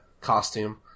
costume